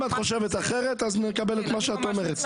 אם את חושבת אחרת, אז נקבל את מה שאת אומרת.